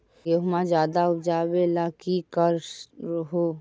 गेहुमा ज्यादा उपजाबे ला की कर हो?